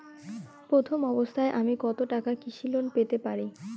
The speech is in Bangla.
প্রথম অবস্থায় আমি কত টাকা কৃষি লোন পেতে পারি?